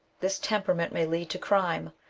this temperament may lead to crime,